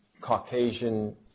Caucasian